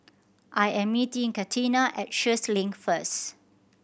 I am meeting Catina at Sheares Link first